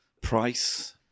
Price